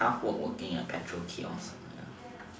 is tough work working at petrol kiosk ya